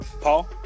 Paul